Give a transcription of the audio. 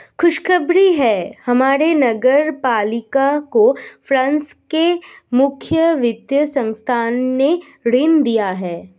खुशखबरी है हमारे नगर पालिका को फ्रांस के मुख्य वित्त संस्थान ने ऋण दिया है